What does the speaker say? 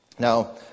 Now